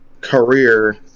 career